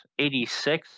86